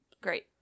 great